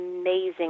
amazing